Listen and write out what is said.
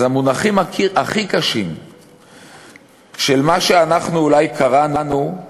אז המונחים הכי קשים של מה שאנחנו אולי קראנו,